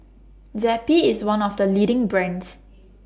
Zappy IS one of The leading brands